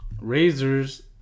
razors